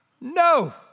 No